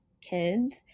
kids